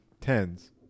tens